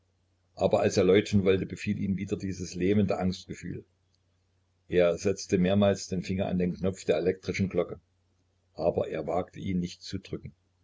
aber als er läuten wollte befiel ihn wieder dies lähmende angstgefühl er setzte mehrmals den finger an den knopf der elektrischen glocke aber er wagte ihn nicht zu drücken